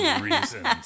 reasons